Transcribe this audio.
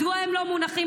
מדוע הם לא מונחים?